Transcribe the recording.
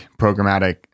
programmatic